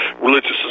religious